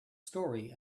story